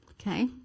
okay